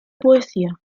poesía